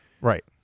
Right